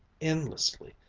endlessly,